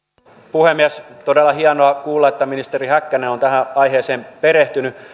puhemies todella hienoa kuulla että ministeri häkkänen on tähän aiheeseen perehtynyt